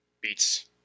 Beats